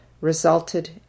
resulted